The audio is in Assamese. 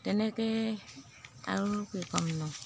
তেনেকৈ আৰু কি ক'মনো